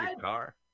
car